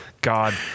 God